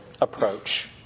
approach